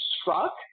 struck